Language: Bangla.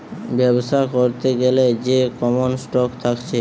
বেবসা করতে গ্যালে যে কমন স্টক থাকছে